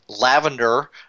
lavender